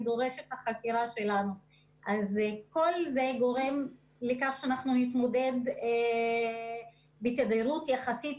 כל זה גורם לכך שאנחנו מתמודדים בתדירות יחסית